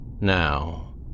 Now